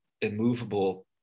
immovable